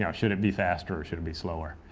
yeah should it be faster or should it be slower?